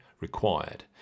Required